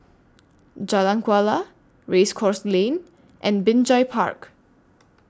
Jalan Kuala Race Course Lane and Binjai Park